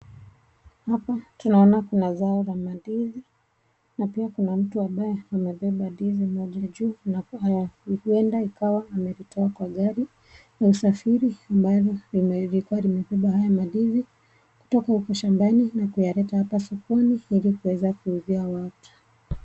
Hapa tunaona kuna zao la mandizi. Na pia kuna mtu ambaye amebeba ndizi moja juu huenda ikawa amelitoa kwa gari la usafiri ambalo lilikuwa limebeba haya mandizi kutoka huko shambani na kuyaleta hapa sokoni ili kuweza kuuzia watu.